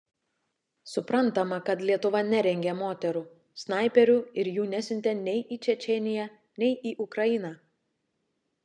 suprantama kad lietuva nerengė moterų snaiperių ir jų nesiuntė nei į čečėniją nei į ukrainą